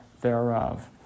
thereof